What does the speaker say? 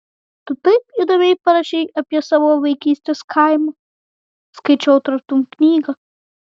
tu taip įdomiai parašei apie savo vaikystės kaimą skaičiau tartum knygą